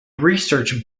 research